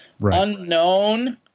unknown